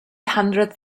hundred